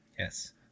yes